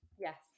yes